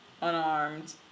unarmed